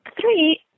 three